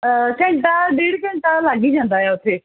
ਘੰਟਾ ਡੇਢ ਘੰਟਾ ਲੱਗ ਹੀ ਜਾਂਦਾ ਆ ਉੱਥੇ